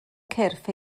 cyrff